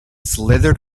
slithered